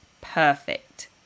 perfect